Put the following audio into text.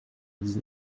dix